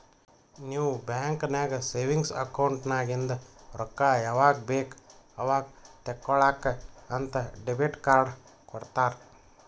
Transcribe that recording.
ನೀವ್ ಬ್ಯಾಂಕ್ ನಾಗ್ savings account ನಾಗಿಂದ್ ರೊಕ್ಕಾ ಯಾವಾಗ್ ಬೇಕ್ ಅವಾಗ್ ತೇಕೊಳಾಕ್ ಅಂತ್ ಡೆಬಿಟ್ ಕಾರ್ಡ್ ಕೊಡ್ತಾರ